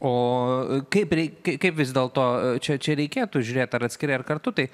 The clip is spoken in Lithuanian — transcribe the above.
o kaip reikia kaip vis dėlto čia čia reikėtų žiūrėt ar atskirai ar kartu tai